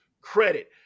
credit